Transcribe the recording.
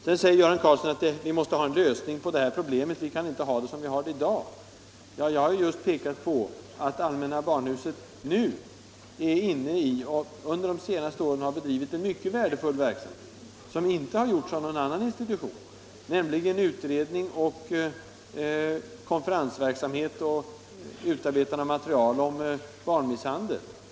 Sedan säger Göran Karlsson att vi måste få en lösning på det här problemet; vi kan inte ha det som det är i dag. Jag har just pekat på att allmänna barnhuset nu är inne i och under de senaste åren har bedrivit en mycket värdefull verksamhet, som inte har gjorts av någon annan institution, nämligen utrednings och konferensverksamhet samt utarbetande av material om barnmisshandel.